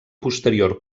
posterior